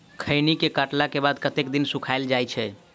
खैनी केँ काटला केँ बाद कतेक दिन सुखाइल जाय छैय?